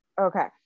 Okay